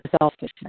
selfishness